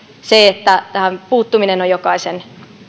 se että tähän puuttuminen on jokaisen